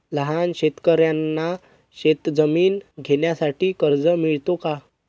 लहान शेतकऱ्यांना शेतजमीन घेण्यासाठी कर्ज मिळतो का?